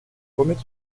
remède